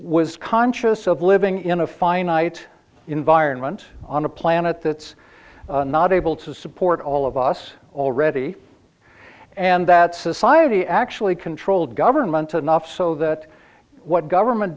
was conscious of living in a finite environment on a planet that's not able to support all of us already and that society actually controlled government enough so that what government